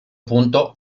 punto